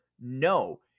No